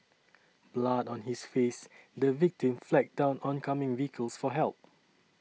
blood on his face the victim flagged down oncoming vehicles for help